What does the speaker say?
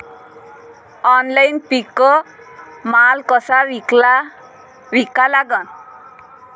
Online पीक माल कसा विका लागन?